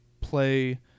play